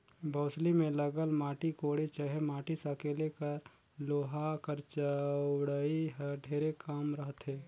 बउसली मे लगल माटी कोड़े चहे माटी सकेले कर लोहा कर चउड़ई हर ढेरे कम रहथे